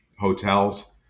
hotels